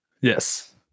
yes